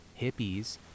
hippies